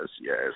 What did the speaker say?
yes